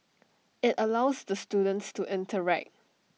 IT allows the students to interact